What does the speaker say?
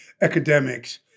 academics